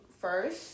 First